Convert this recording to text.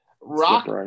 Rock